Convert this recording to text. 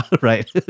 right